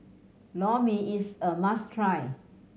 Lor Mee is a must try